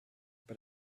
but